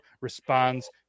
responds